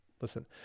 listen